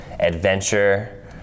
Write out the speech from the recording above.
adventure